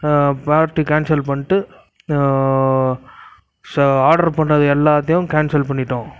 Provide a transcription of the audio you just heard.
party cancel பண்ணிட்டு order பண்ணிணது எல்லாத்தையும் கேன்சல் பண்ணிவிட்டோம்